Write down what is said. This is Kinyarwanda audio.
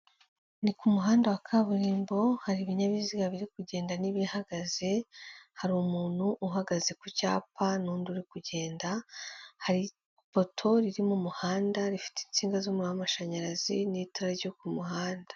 Umuhanda w'umukara aho uganisha ku bitaro byitwa Sehashiyibe, biri mu karere ka Huye, aho hahagaze umuntu uhagarika imodoka kugirango babanze basuzume icyo uje uhakora, hakaba hari imodoka nyinshi ziparitse.